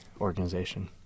organization